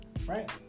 Right